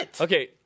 Okay